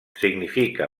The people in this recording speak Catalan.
significa